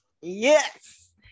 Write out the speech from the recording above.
Yes